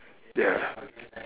ya